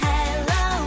Hello